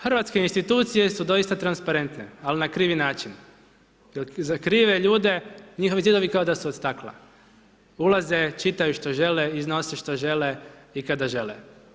Hrvatske institucije su doista transparentne, ali na krivi način, jer za krive ljude, njihovi zidovi kao da su od stakla, ulaze, čitaju što žele, iznose što žele i kada žele.